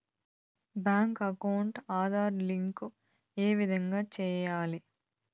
Bank account Aadhaar link ఏ విధంగా సెయ్యాలి?